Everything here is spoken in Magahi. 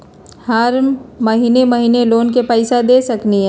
हम महिने महिने लोन के पैसा दे सकली ह?